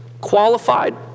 qualified